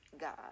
god